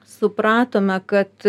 supratome kad